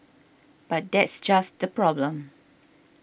but that's just the problem